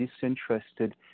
disinterested